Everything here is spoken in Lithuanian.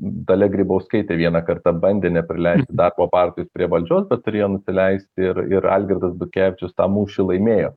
dalia grybauskaitė vieną kartą bandė neprileisti darbo partijos prie valdžios bet turėjo nusileisti ir ir algirdas butkevičius tą mūšį laimėjo